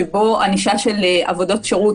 שבו ענישה של עבודות שירות